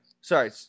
Sorry